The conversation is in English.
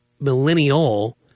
millennial